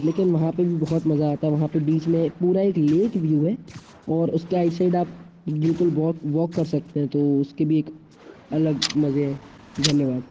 लेकिन वहाँ पे भी बहुत मजा आता है वहाँ पे बीच में पूरा एक लेक व्यू है और उसके राईट आप बो तो बहुत वॉक सकते हैं तो उसकी भी एक अलग मजे हैं धन्यवाद